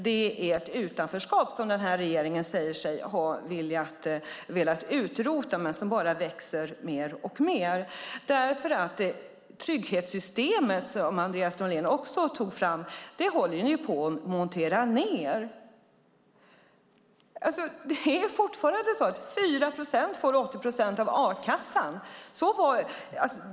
Det är ett utanförskap som den här regeringen säger sig ha velat utrota men som bara växer mer och mer därför att trygghetssystemen, som Andreas Norlén tog upp, håller ni på att montera ned. Det är fortfarande så att 4 procent får 80 procent av a-kassan.